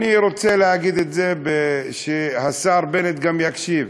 אני רוצה להגיד את זה ושהשר בנט גם יקשיב.